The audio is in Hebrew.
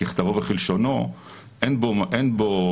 ככתבו וכלשונו עכשיו,